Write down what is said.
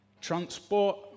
transport